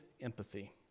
empathy